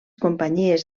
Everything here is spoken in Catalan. companyies